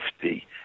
safety